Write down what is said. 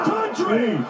Country